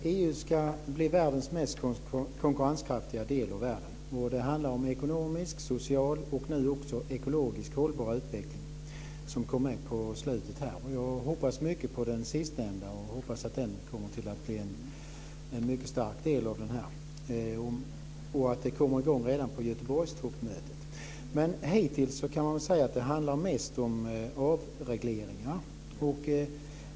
Fru talman! EU ska bli världens mest konkurrenskraftiga del. Det handlar om en ekonomisk, social och nu också ekologisk hållbar utveckling. Det kom med på slutet. Jag hoppas mycket på det sistnämnda. Jag hoppas att det kommer att bli en mycket stark del och att det kommer igång redan på toppmötet i Göteborg. Men hittills kan man väl säga att det mest handlar om avregleringar.